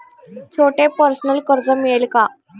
छोटे पर्सनल कर्ज मिळेल का?